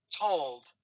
told